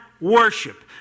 worship